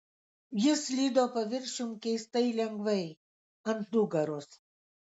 jis slydo paviršium keistai lengvai ant nugaros